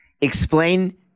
Explain